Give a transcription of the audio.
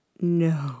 No